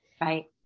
Right